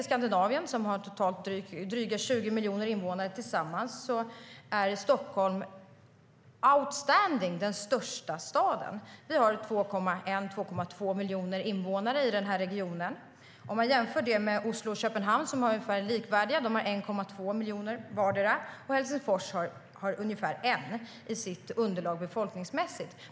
Skandinavien har drygt 20 miljoner invånare, och Stockholm är outstanding den största staden. Regionen har nästan 2,2 miljoner invånare. Oslo och Köpenhamn har vardera 1,2 miljoner och Helsingfors ungefär 1 miljon i befolkningsunderlag.